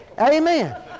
Amen